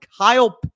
Kyle